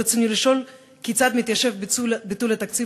ברצוני לשאול: כיצד מתיישב ביטול התקציב